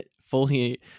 fully